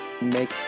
Make